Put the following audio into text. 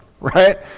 Right